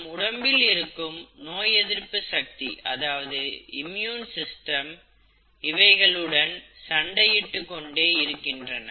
நம் உடம்பில் இருக்கும் நோய் எதிர்ப்பு சக்தி இவைகளுடன் சண்டையிட்டுக் கொண்டே இருக்கின்றன